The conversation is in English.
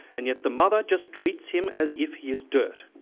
and yet the mother just treats him as if he is dirt.